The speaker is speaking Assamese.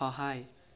সহায়